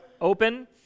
open